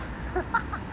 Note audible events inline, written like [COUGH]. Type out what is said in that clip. [LAUGHS]